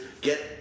get